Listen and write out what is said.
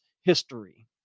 history